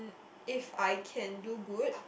if I can do good